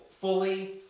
fully